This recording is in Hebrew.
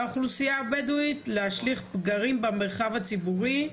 באוכלוסייה הבדואית להשליך פגרים במרחב הציבורי.